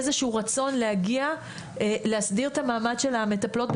איזשהו רצון להגיע להסדיר את המאמץ של המטפלות,